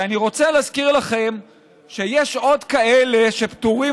ואני רוצה להזכיר לכם שיש עוד כאלה שפטורים